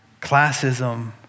classism